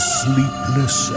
sleepless